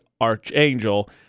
Archangel